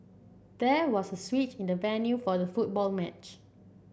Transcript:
there was a switch in the venue for the football match